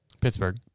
Pittsburgh